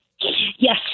Yes